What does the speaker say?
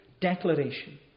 declaration